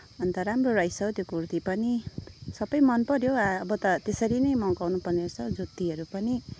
अन्त राम्रो रहेछ हो त्यो कुर्ती पनि सबै मन पऱ्यो अब त त्यसरी नै मगाउनु पर्नेरहेछ जुत्तीहरू पनि